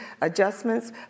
adjustments